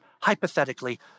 hypothetically